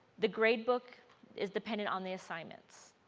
the grade book is dependent on the assignments.